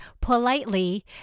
politely